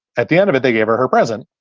at the end of it, they gave her her present,